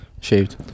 Shaved